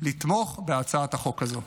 לתמוך בהצעת החוק הזו.